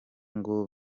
ngo